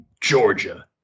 Georgia